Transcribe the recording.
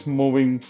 moving